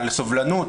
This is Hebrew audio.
על סובלנות,